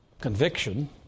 conviction